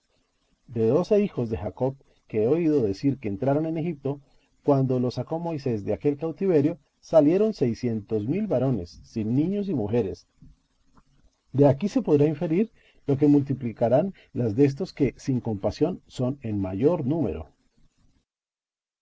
de los doce hijos de jacob que he oído decir que entraron en egipto cuando los sacó moisés de aquel cautiverio salieron seiscientos mil varones sin niños y mujeres de aquí se podrá inferir lo que multiplicarán las déstos que sin comparación son en mayor número